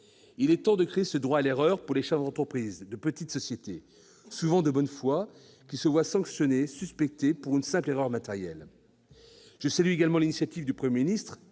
Il est temps de créer ce droit à l'erreur pour les chefs de petite entreprise, souvent de bonne foi, qui se voient suspectés, sanctionnés pour une simple erreur matérielle. Je salue également l'initiative du Premier ministre,